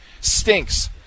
stinks